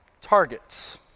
targets